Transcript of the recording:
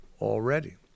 already